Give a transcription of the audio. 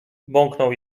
bąknął